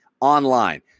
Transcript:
online